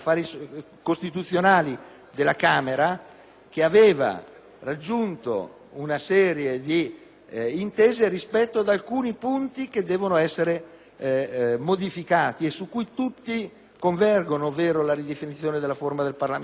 quale aveva raggiunto una serie di intese rispetto ad alcuni punti che devono essere modificati e su cui tutti convergono. Mi riferisco alla ridefinizione della forma del Parlamento: una Camera che si occupi degli affari dello Stato,